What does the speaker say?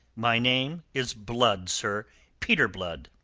my name is blood, sir peter blood,